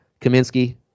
Kaminsky